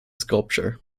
sculpture